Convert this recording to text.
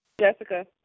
Jessica